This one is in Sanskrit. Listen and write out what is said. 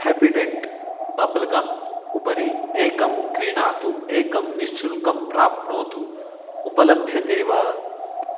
हेपि डण्ट् बब्ल् गम् उपरि एकं क्रीणातु एकं निःशुल्कं प्राप्नोतु उपलभ्यते वा